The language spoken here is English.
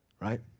Right